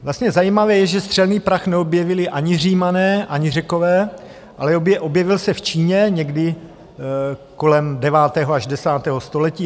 Vlastně zajímavé je, že střelný prach neobjevili ani Římané, ani Řekové, ale objevil se v Číně někdy kolem devátého až desátého století.